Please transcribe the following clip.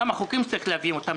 כמה הצעות חוק שצריך להביא לפה.